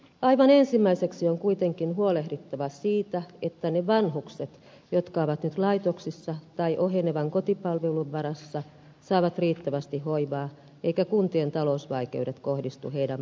aivan ensimmäiseksi on kuitenkin huolehdittava siitä että ne vanhukset jotka ovat nyt laitoksissa tai ohenevan kotipalvelun varassa saavat riittävästi hoivaa eivätkä kuntien talousvaikeudet kohdistu heidän palveluihinsa